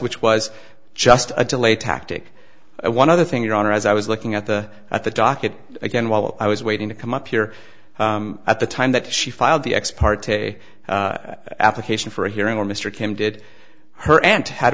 which was just a delay tactic one other thing your honor as i was looking at the at the docket again while i was waiting to come up here at the time that she filed the ex parte application for a hearing where mr kim did her aunt had